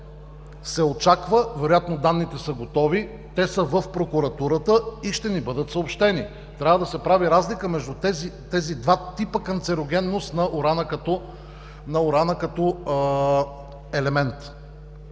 се очаква, вероятно данните са готови, те са в прокуратурата и ще ни бъдат съобщени. Трябва да се прави разлика между тези два типа канцерогенност на урана като елемент.